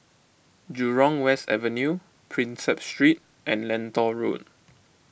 Jurong West Avenue Prinsep Street and Lentor Road